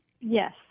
Yes